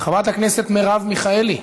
חברת הכנסת מרב מיכאלי,